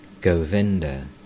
Govinda